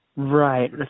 Right